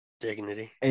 dignity